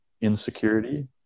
insecurity